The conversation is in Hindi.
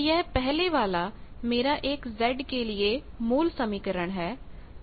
तो यह पहले वाला मेरा एक Z के लिए मूल समीकरण है